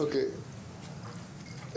אוקי,